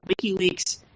WikiLeaks